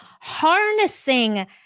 harnessing